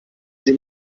sie